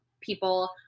people